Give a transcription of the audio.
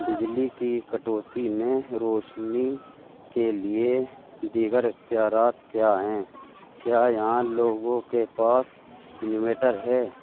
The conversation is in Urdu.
بجلی کی کٹوتی میں روشنی کے لیے دیگر اختیارات کیا ہیں کیا یہاں لوگوں کے پاس انویٹر ہے